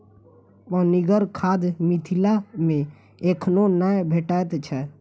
पनिगर खाद मिथिला मे एखनो नै भेटैत छै